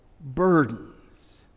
burdens